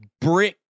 brick